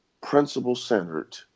principle-centered